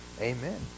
Amen